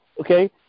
Okay